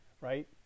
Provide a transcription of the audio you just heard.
right